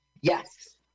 Yes